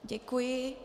Děkuji.